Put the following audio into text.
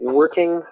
working